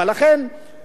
לכן,